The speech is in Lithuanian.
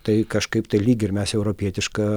tai kažkaip tai lyg ir mes europietiška